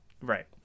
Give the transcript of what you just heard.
Right